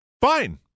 fine